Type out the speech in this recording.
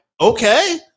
okay